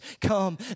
come